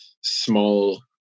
small